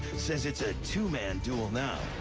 says it's a two-man duel now.